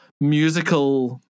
musical